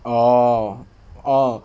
oh oh